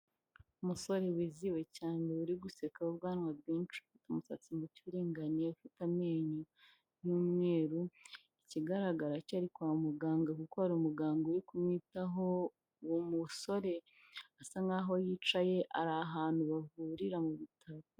Umusore wizihiwe cyane uri guseka ubwanwa bwinshi, ufite umusatsi muke uringaniye, ufite amenyo y'umweru, ikigaragara cyo ari kwa muganga kuko hari umuganga uri kumwitaho, uwo musore asa nk'aho yicaye, ari ahantu bavurira mu bitaro.